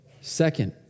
Second